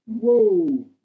whoa